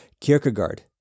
Kierkegaard